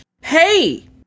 Hey